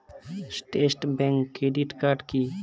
Trust bank credit card কি?